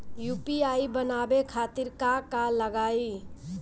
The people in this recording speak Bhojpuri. यू.पी.आई बनावे खातिर का का लगाई?